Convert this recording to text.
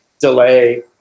delay